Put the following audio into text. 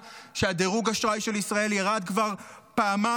שדירוג האשראי של ישראל ירד כבר פעמיים.